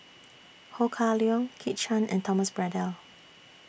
Ho Kah Leong Kit Chan and Thomas Braddell